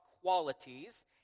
qualities